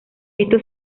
esto